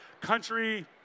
country